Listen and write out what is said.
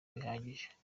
bihagije